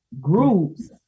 groups